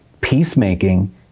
peacemaking